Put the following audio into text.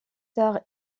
tard